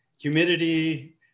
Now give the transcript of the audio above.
humidity